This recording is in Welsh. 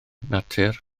natur